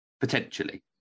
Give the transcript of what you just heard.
Potentially